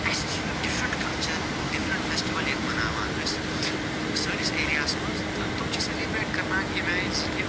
اسہِ چھِنہٕ ڈِفریٚنٹہٕ کَلچَر ڈِفریٚنٹہٕ فیٚسٹِوَل ییٚتہِ مناوان أسۍ سٲنِس ایرِیا ہَس منٛز تہٕ تِم چھِ سیٚلبرٛیٹ کرنان ییٚمہِ آیہِ زِ کہِ